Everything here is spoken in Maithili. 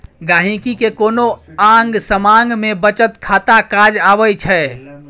गांहिकी केँ कोनो आँग समाँग मे बचत खाता काज अबै छै